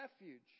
refuge